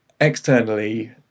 externally